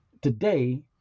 today